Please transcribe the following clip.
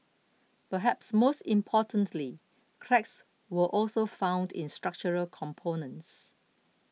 perhaps most importantly cracks were also found in structural components